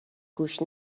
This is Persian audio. گوش